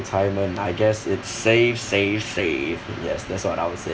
retirement I guess it's save save save yes that's what I would say